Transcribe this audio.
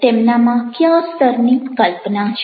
તેમનામાં ક્યા સ્તરની કલ્પના છે